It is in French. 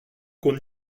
qu’on